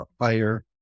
higher